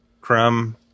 crumb